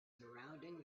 surrounding